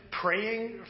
praying